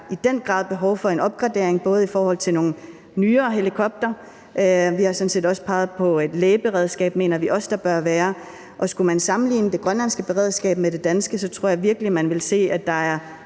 i den grad behov for en opgradering i forhold til nogle nyere helikoptere, og vi har også peget på, at der også bør være et lægeberedskab. Og skulle man sammenligne det grønlandske beredskab med det danske, tror jeg virkelig man vil se, at der er